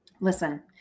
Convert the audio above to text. Listen